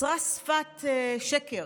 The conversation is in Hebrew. נוצרה שפת שקר.